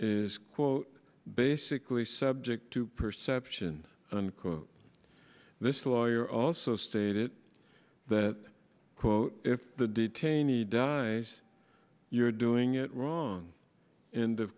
is quote basically subject to perception unquote this lawyer also stated that quote if the detainee dies you're doing it wrong